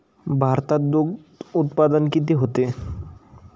भारतात दुग्धउत्पादन किती होते?